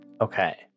Okay